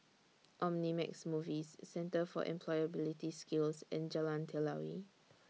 Omnimax Movies Centre For Employability Skills and Jalan Telawi